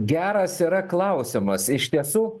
geras yra klausimas iš tiesų